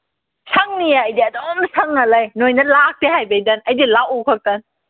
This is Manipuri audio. ꯁꯪꯅꯤꯌꯦ ꯑꯩꯗꯤ ꯑꯗꯨꯝ ꯁꯪꯉ ꯂꯩ ꯅꯣꯏꯅ ꯂꯥꯛꯇꯦ ꯍꯥꯏꯕꯩꯗ ꯑꯩꯗꯤ ꯂꯥꯛꯎꯈꯛꯇꯅꯤ